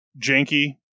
janky